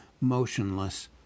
motionless